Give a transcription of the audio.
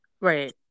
right